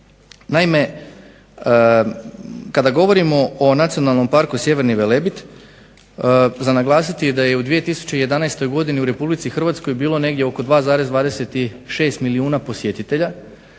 Naime, kada govorimo o Nacionalnom parku Sjeverni Velebit za naglasiti je da je u 2011. godini u RH bilo negdje oko 2,26 milijuna posjetitelja